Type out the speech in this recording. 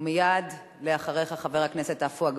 ומייד אחריך, חבר הכנסת עפו אגבאריה.